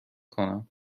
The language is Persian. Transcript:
کنم